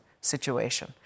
situation